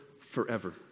forever